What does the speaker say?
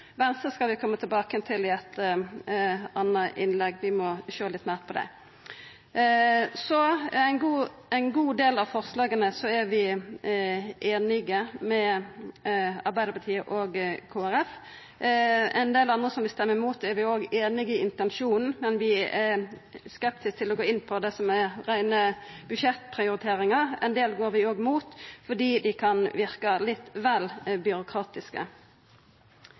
Venstre sine forslag vil vi koma tilbake til i eit anna innlegg, vi må sjå litt meir på dei. Ein god del av forslaga er vi einige med Arbeidarpartiet og Kristeleg Folkeparti om. Ein del forslag som vi vil stemme imot, er vi einige i intensjonen i, men vi er skeptiske til å gå inn på det som er reine budsjettprioriteringar, og ein del forslag går vi imot fordi dei kan verka litt vel byråkratiske.